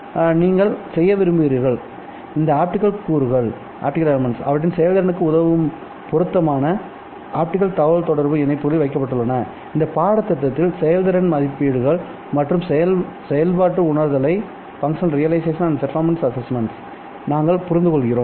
எனவே நீங்கள் செய்ய விரும்புகிறீர்கள் இந்த ஆப்டிகல் கூறுகள் அவற்றின் செயல்திறனுக்கு உதவ பொருத்தமான ஆப்டிகல் தகவல்தொடர்பு இணைப்புகளில் வைக்கப்பட்டுள்ளனஇந்த பாடத்திட்டத்தில் செயல்திறன் மதிப்பீடுகள் மற்றும் செயல்பாட்டு உணர்தலை நாங்கள் புரிந்துகொள்கிறோம்